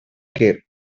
care